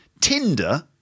Tinder